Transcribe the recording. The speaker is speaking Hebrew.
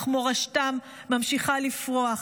אך מורשתם ממשיכה לפרוח.